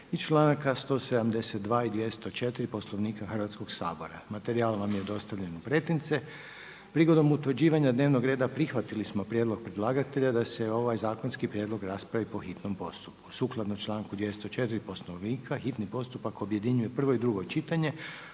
i članaka 172. i 204. Poslovnika Hrvatskog sabora. Materijal vam je dostavljen u pretince. Prigodom utvrđivanja dnevnog reda prihvatili smo prijedlog predlagatelja da se ovaj zakonski prijedlog raspravi po hitnom postupku. Sukladno članku 204. Poslovnika hitni postupak objedinjuje prvo i drugo čitanje,